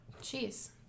cheese